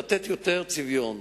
לתת יותר צביון.